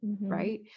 Right